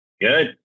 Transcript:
Good